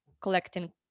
collecting